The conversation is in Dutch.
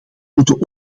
moeten